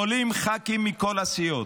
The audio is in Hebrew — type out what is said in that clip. עולים ח"כים מכל הסיעות,